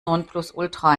nonplusultra